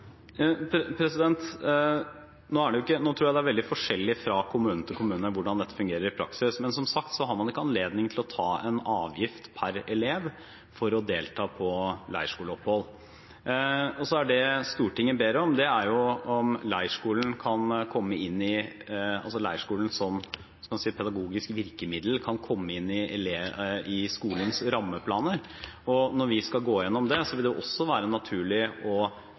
tror det er veldig forskjellig fra kommune til kommune hvordan dette fungerer i praksis. Som sagt har man ikke anledning til å kreve en avgift per elev for at eleven skal delta på leirskole. Det Stortinget ber om, er om leirskolen som – hva skal man si – pedagogisk virkemiddel kan komme inn i skolens rammeplaner. Når vi skal gå igjennom dette, vil det også være naturlig å